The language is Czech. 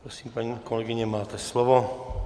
Prosím, paní kolegyně, máte slovo.